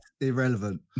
Irrelevant